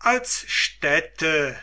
als stätte